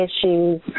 issues